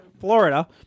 Florida